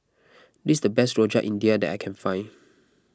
this is the best Rojak India that I can find